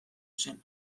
zen